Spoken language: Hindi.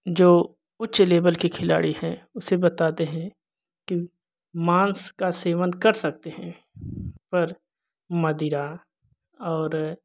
जो उच्च लेवल के खिलाड़ी हैं उसे बताते हैं कि मान्स का सेवन कर सकते हैं पर मदीरा और